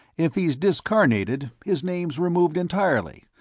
if he is discarnated, his name's removed entirely,